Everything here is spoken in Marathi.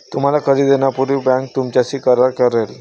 तुम्हाला कर्ज देण्यापूर्वी बँक तुमच्याशी करार करेल